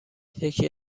یکی